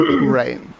Right